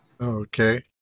Okay